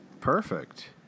Perfect